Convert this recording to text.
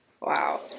Wow